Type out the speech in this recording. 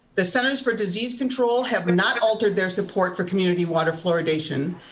the centers for disease control have not altered their support for community water fluoridation.